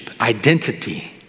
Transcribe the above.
identity